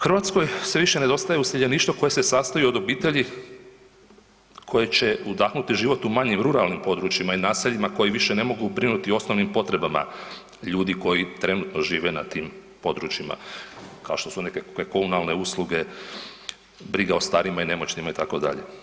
Hrvatskoj sve više nedostaje useljeništvo koje se sastoji od obitelji koje će udahnuti život u manjim ruralnim područjima i naseljima koji više ne mogu brinuti o osnovnim potrebama ljudi koji trenutno žive na tim područjima kao što su neke komunalne usluge, briga o starijima i nemoćnima itd.